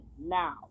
now